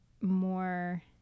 more